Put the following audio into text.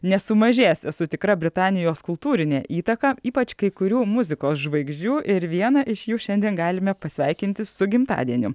nesumažės esu tikra britanijos kultūrinė įtaka ypač kai kurių muzikos žvaigždžių ir vieną iš jų šiandien galime pasveikinti su gimtadieniu